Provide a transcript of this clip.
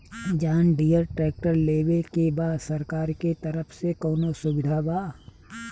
John Deere tractor लेवे के बा सरकार के तरफ से कौनो सुविधा बा?